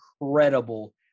incredible